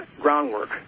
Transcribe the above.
groundwork